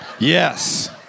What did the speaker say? Yes